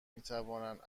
میتوانند